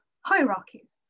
hierarchies